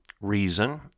reason